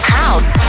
house